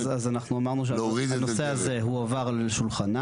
אז אנחנו אמרנו שהנושא הזה הועבר לשולחנה.